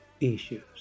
issues